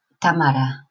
Tamara